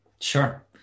Sure